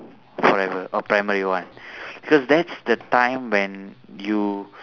forever or primary one because that's the time when you